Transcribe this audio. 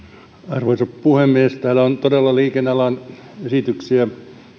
arvoisa puhemies täällä on todella liikennealan esityksiä